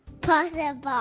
possible